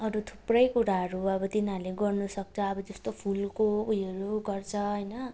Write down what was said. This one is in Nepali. अरू थुप्रै कुराहरू अब तिनीहरूले गर्नु सक्छ अब जस्तो फुलको उयोहरू गर्छ होइन